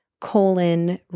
colon